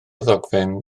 ddogfen